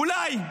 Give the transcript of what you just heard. אולי.